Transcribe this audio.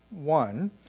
one